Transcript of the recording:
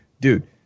dude